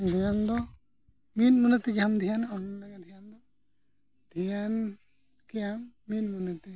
ᱫᱷᱮᱭᱟᱱ ᱫᱚ ᱢᱤᱫ ᱢᱚᱱᱮᱛᱮ ᱡᱟᱦᱟᱢ ᱫᱷᱮᱭᱟᱱᱟ ᱚᱱ ᱚᱱᱟᱜᱮ ᱱᱟᱦᱟᱸᱜ ᱫᱷᱮᱭᱟᱱ ᱫᱚ ᱫᱷᱮᱭᱟᱱ ᱠᱮᱜᱼᱟᱢ ᱢᱤᱫ ᱢᱚᱱᱮᱛᱮ